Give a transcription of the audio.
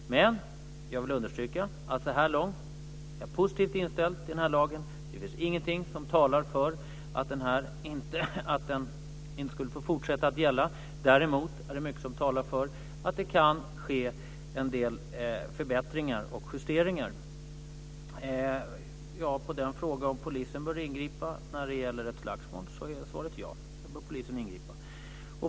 Men jag vill understryka att så här långt är jag positivt inställd till den här lagen. Det finns ingenting som talar för att den inte skulle få fortsätta gälla. Däremot är det mycket som talar för att det kan ske en del förbättringar och justeringar. På frågan om polisen bör ingripa i fråga om ett slagsmål är svaret ja. Då bör polisen ingripa.